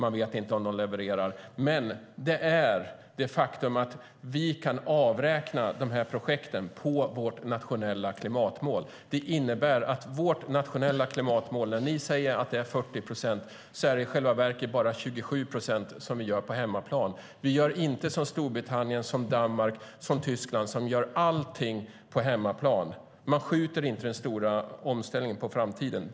Vi vet inte om de levererar. Men det faktum att vi kan avräkna projekten på vårt nationella klimatmål innebär att när ni säger att vårt nationella klimatmål är 40 procent är det i själva verket bara 27 procent som sker på hemmaplan. Vi gör inte som Storbritannien, Danmark och Tyskland som gör allt på hemmaplan. De skjuter inte den stora omställningen på framtiden.